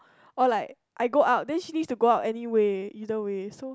oh like I go out then she needs to go out anywhere so